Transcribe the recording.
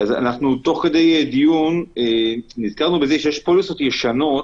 תוך כדי דיון נזכרנו, שיש פוליסות ישנות